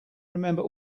remember